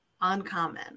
uncommon